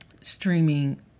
streaming